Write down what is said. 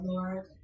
Lord